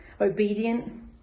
obedient